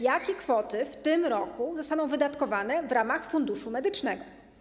Jakie kwoty w tym roku zostaną wydatkowane w ramach Funduszu Medycznego?